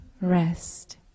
rest